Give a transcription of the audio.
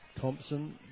Thompson